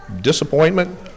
disappointment